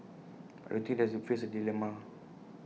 but I do think they face A dilemma